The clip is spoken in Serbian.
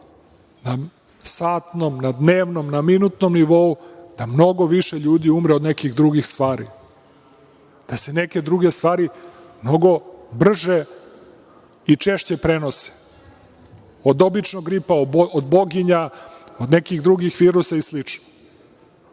na satnom, na dnevnom, na minutnom nivou, da mnogo više ljudi umre od nekih drugih stvari, da se neke druge stvari mnogo brže i češće prenose od običnog gripa, boginja, od nekih drugih virusa i